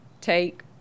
take